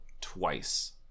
twice